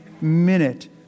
minute